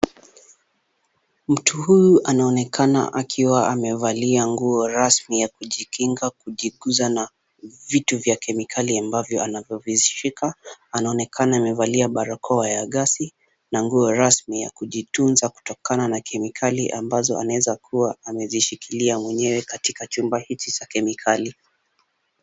Mtu huyu anaonekana akiwa amevalia nguo rasmi ya kujikinga kujigusa na vitu vya kemikali ambavyo anavyovishika, anaonekana amevalia barakoa ya gesi na nguo rasmi ya kujitunza kutokana na kemikali ambazo anaweza kuwa amezishikilia mwenyewe katika chumba hiki cha kemikali.